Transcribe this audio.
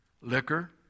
liquor